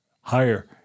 higher